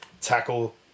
tackle